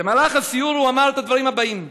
במהלך הסיור הוא אמר את הדברים הבאים: